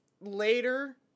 later